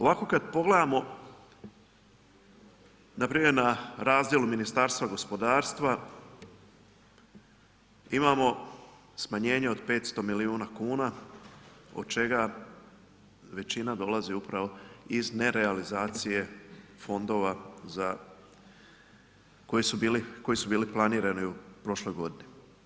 Ovako kad pogledamo npr. na razdjelu Ministarstva gospodarstva imamo smanjenje od 500 milijuna kuna od čega većina dolazi upravo iz nerealizacije fondova za koji su bili planirani u prošloj godini.